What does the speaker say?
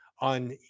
on